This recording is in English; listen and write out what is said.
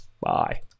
Bye